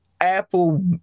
Apple